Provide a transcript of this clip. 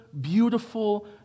beautiful